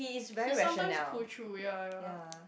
he sometimes pull through ya ya